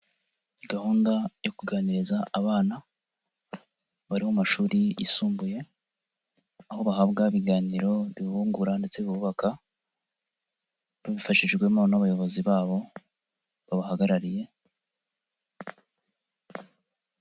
Gahunda yo kuganiriza abana, bari mu mashuri yisumbuye, aho bahabwa ibiganiro bibungura ndetse bubaka, babifashijwemo n'abayobozi babo babahagarariye.